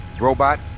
Robot